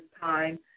time